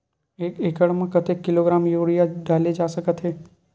एक एकड़ म कतेक किलोग्राम यूरिया डाले जा सकत हे?